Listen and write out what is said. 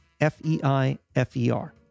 F-E-I-F-E-R